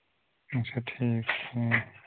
اَچھا ٹھیٖک ٹھیٖک